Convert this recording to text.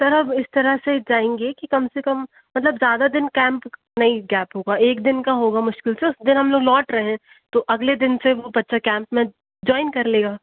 sir अब इस तरह से ही जाएंगे कि कम से कम मतलब ज़्यादा दिन कैम्प नहीं गैप होगा एक दिन का होगा मुश्किल से उस दिन हम लोग लौट रहे हैं तो अगले दिन से वो बच्चा कैम्प में जॉइन कर लेगा